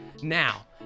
now